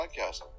Podcast